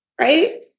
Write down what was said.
right